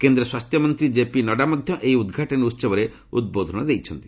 କେନ୍ଦ୍ର ସ୍ୱାସ୍ଥ୍ୟମନ୍ତ୍ରୀ ଜେପି ନଡ୍ଜା ମଧ୍ୟ ଏହି ଉଦ୍ଘାଟନୀ ଉହବରେ ଉଦ୍ବୋଧନ ଦେଇଛନ୍ତି